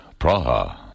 Praha